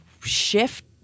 shift